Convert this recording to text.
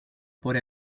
por